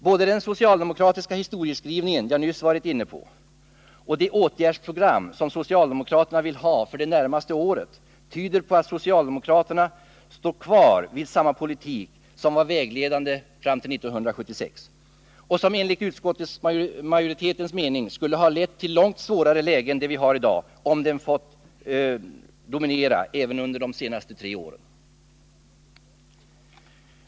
Både den socialdemokratiska historieskrivning jag tidigare varit inne på och det åtgärdsprogram som socialdemokraterna vill ha för det närmaste året tyder på att socialdemokraterna står kvar vid den politik som var vägledande fram till 1976 och som utskottsmajoriteten anser skulle ha lett till ett långt svårare läge än det vi har i dag om den fått dominera även under de tre senaste åren.